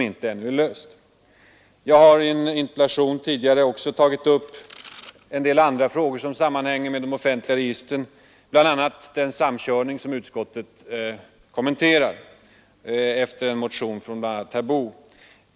Jag har tidigare i en interpellation tagit upp en del andra frågor som sammanhänger med de offentliga registren, bl.a. den samkörning som utskottet kommenterar, efter en motion från bl.a. herr Boo.